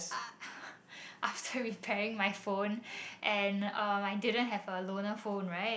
uh after repairing my phone and um I didn't have a loaner phone right